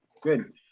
Good